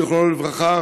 זיכרונו לברכה,